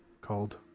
called